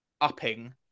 upping